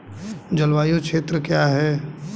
जलवायु क्षेत्र क्या है?